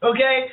Okay